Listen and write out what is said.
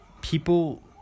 people